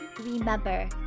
Remember